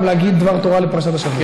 גם להגיד דבר תורה לפרשת השבוע.